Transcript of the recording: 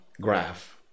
graph